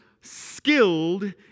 skilled